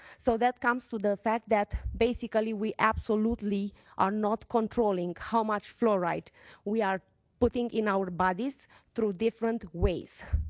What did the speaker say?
so that comes to the fact that basically we absolutely are not controlling how much fluoride we are putting in our bodies through different ways.